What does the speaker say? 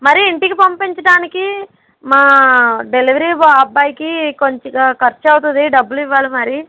మరీ ఇంటికి పంపించటానికి మా డెలివరీ బా అబ్బాయికి కొద్దిగా ఖర్చవుతుంది డబ్బులు ఇవ్వాలి మరి